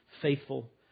faithful